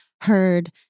heard